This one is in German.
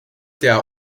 der